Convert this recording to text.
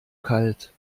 kalt